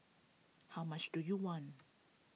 how much do you want